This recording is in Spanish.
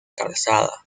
calzada